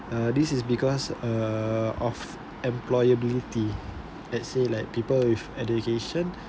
uh this is because uh of employability let's say like people with education